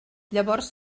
llavors